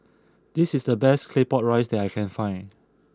this is the best Claypot Rice that I can find